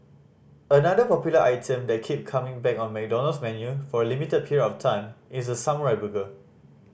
another popular item that keep coming back on McDonald's menu for a limited period of time is the samurai burger